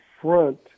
front